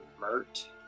Mert